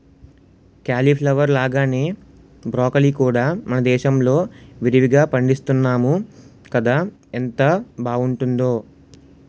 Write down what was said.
cauliflower లాగానే broccoli కూడా మనదేశంలో విరివిరిగా పండిస్తున్నాము కదా ఎంత బావుంటుందో